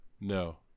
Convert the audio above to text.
No